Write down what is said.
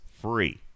free